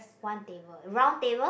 one table round table